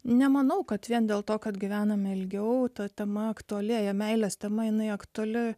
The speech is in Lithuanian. nemanau kad vien dėl to kad gyvename ilgiau ta tema aktualėja meilės tema jinai aktuali